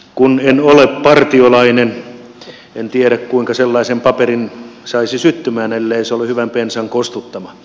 kun en ole partiolainen en tiedä kuinka sellaisen paperin saisi syttymään ellei se ole hyvän bensan kostuttama